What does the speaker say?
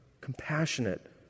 compassionate